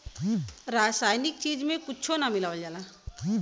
रासायनिक चीज में कुच्छो ना मिलावल जाला